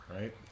Right